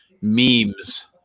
memes